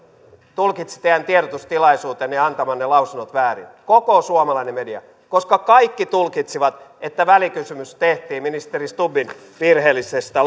tulkitsi teidän tiedotustilaisuutenne ja antamanne lausunnot väärin koko suomalainen media koska kaikki tulkitsivat että välikysymys tehtiin ministeri stubbin virheellisestä